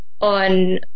on